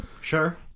Sure